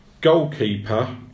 Goalkeeper